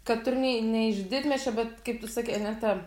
kad ir nei ne iš didmiesčio bet kaip tu sakei ane ta